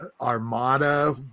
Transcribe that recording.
Armada